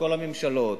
כל הממשלות.